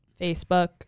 Facebook